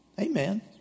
Amen